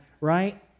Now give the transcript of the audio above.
right